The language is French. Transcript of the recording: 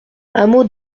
hameau